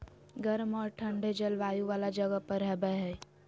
गर्म औरो ठन्डे जलवायु वाला जगह पर हबैय हइ